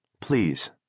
please